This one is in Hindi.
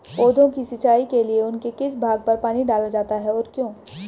पौधों की सिंचाई के लिए उनके किस भाग पर पानी डाला जाता है और क्यों?